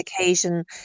occasion